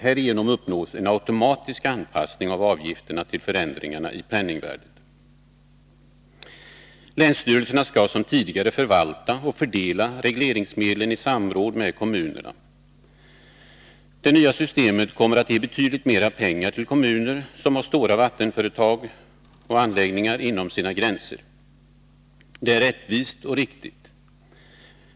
Härigenom uppnås en automatisk anpassning av avgifterna till förändringarna i penningvärdet. Länsstyrelserna skall som tidigare förvalta och fördela regleringsmedlen i samråd med kommunerna. Det nya systemet kommer att ge betydligt mera pengar till kommuner som har stora vattenföretag och anläggningar inom sina gränser. Det är rättvist och riktigt.